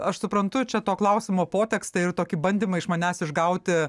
aš suprantu čia to klausimo potekstę ir tokį bandymą iš manęs išgauti